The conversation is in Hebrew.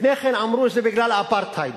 לפני כן אמרו שזה בגלל האפרטהייד,